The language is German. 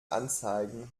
anzeigen